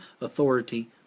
authority